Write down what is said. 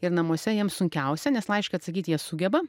ir namuose jiems sunkiausia nes laišką atsakyt jie sugeba